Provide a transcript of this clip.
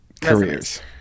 careers